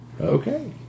Okay